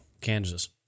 Kansas